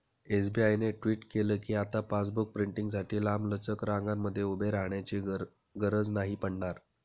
SBI ने tweet केल कीआता पासबुक प्रिंटींगसाठी लांबलचक रंगांमध्ये उभे राहण्याची गरज नाही पडणार